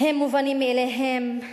הם מובנים מאליהם,